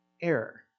error